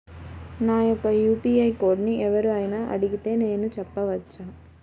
నా యొక్క యూ.పీ.ఐ కోడ్ని ఎవరు అయినా అడిగితే నేను చెప్పవచ్చా?